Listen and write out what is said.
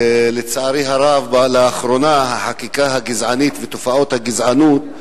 שלצערי הרב לאחרונה החקיקה הגזענית ותופעות הגזענות בה